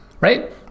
right